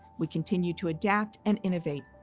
we continued to adapt and innovate.